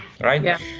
right